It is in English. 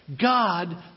God